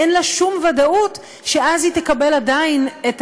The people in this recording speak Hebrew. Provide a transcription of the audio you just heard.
אין לה שום ודאות שאז היא עדיין תקבל את